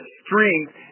strength